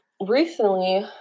Recently